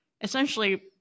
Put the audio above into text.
essentially